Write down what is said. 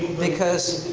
because.